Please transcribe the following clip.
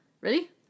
Ready